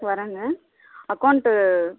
வரேங்க அக்கௌண்ட்டு